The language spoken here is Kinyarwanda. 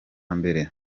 mbere